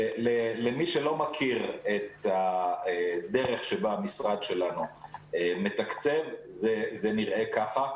למי שלא מכיר את הדרך שבה המשרד שלנו מתקצב זה נראה ככה,